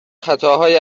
خطاهای